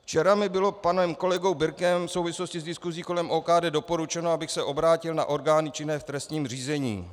Včera mi bylo panem kolegou Birkem v souvislosti s diskusí kolem OKD doporučeno, abych se obrátil na orgány činné v trestním řízení.